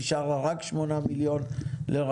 נשאר לה רק 8 מיליון לרשויות.